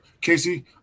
Casey